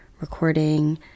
recording